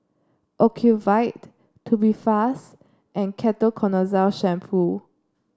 Ocuvite Tubifast and Ketoconazole Shampoo